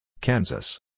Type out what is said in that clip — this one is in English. Kansas